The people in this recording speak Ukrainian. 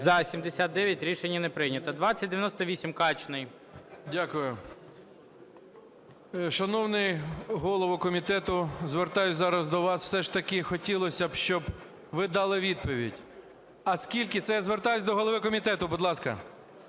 За-79 Рішення не прийнято. 2098, Качний. 13:39:04 КАЧНИЙ О.С. Дякую. Шановний голово комітету, звертаюся зараз до вас. Все ж таки хотілося б, щоб ви дали відповідь, а скільки, це я звертаюся до голови комітету, будь ласка.